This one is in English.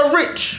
rich